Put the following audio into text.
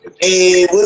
Hey